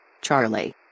Charlie